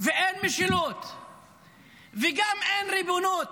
אין משילות וגם אין ריבונות.